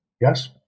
Yes